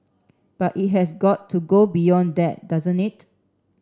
but it has got to go beyond that doesn't it